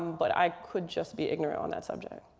but i could just be ignorant on that subject.